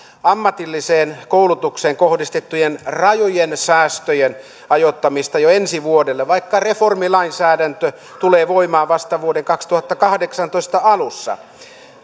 ammatilliseen koulutukseen kohdistettujen rajujen säästöjen ajoittamista jo ensi vuodelle vaikka reformilainsäädäntö tulee voimaan vasta vuoden kaksituhattakahdeksantoista alussa